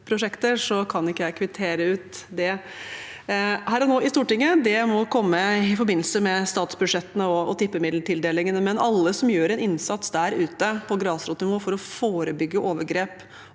kan ikke jeg kvittere ut det her og nå i Stortinget. Det må komme i forbindelse med statsbudsjettene og tippemiddeltildelingene. Men alle som gjør en innsats der ute på grasrotnivå for å forebygge overgrep